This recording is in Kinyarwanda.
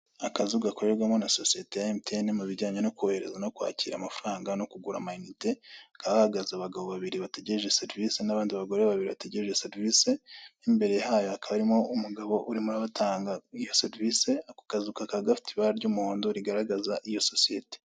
Akazu gakorerwamo na sosiyete ya emutiyene mu bijyanye no kohereza no kwakira amafaranga no kugura amayinite, hahagaze abagabo babiri bategereje serivise, n'abandi bagore babiri bategereje serivise, imbere yaho hakaba hahagaze umugabo uri gutanga serivise ako kazu kakaba gagite ibara ry'umuhogdo rigaragaza iyo sosiyete.